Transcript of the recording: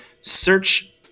search